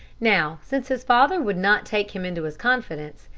now, since his father would not take him into his confidence,